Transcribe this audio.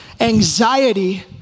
anxiety